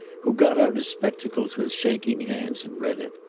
who got out his spectacles with shaking hands and read it.